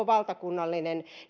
valtakunnallinen